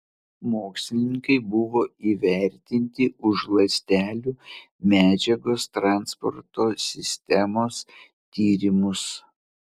mokslininkai buvo įvertinti už ląstelių medžiagos transporto sistemos tyrimus